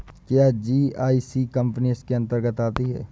क्या GIC company इसके अन्तर्गत आती है?